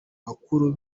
bakuru